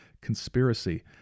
conspiracy